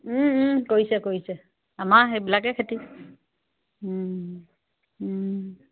কৰিছে কৰিছে আমাৰ সেইবিলাকে খেতি